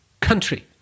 country